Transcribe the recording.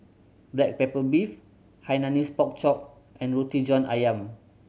black pepper beef Hainanese Pork Chop and Roti John Ayam